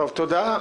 תודה.